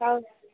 ಹೌದಾ